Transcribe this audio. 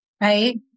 Right